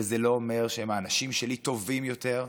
וזה לא אומר שהאנשים שלי טובים יותר,